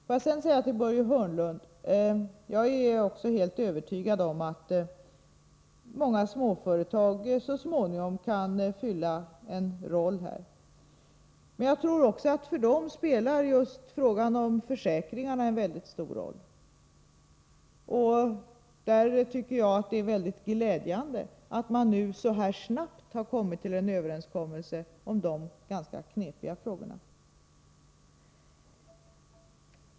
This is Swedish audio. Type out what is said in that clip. Jag vill sedan säga till Börje Hörnlund: Jag är också helt övertygad om att många småföretag så småningom kan fylla en funktion här. Men jag tror också att frågan om försäkringarna spelar en mycket stor roll för dem. Och där tycker jag att det är mycket glädjande att man så snabbt har kommit fram till den här överenskommelsen om dessa ganska knepiga frågor.